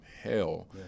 hell